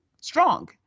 strong